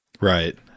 Right